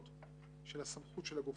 לדוח נכתבת טיוטה שמוגשת